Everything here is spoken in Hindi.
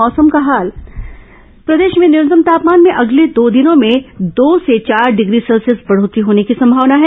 मौसम प्रदेश में न्यूनतम तापमान में अगले दो दिनों में दो से चार डिग्री सेल्सियस बढ़ोत्तरी होने की संभावना है